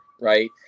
right